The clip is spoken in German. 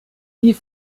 die